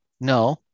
No